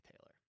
Taylor